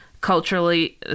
culturally